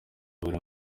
buri